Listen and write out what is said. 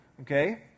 okay